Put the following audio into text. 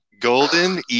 Golden